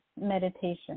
meditation